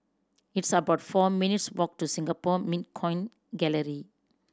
it's about four minutes' walk to Singapore Mint Coin Gallery